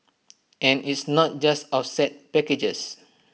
and it's not just offset packages